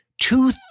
Two